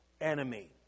enemy